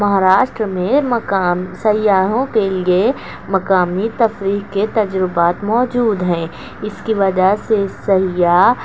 مہاراشٹر میں مقام سیّاحوں کے لیے مقامی تفریح کے تجربات موجود ہیں اس کی وجہ سے سیاح